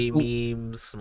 memes